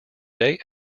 day